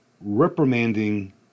reprimanding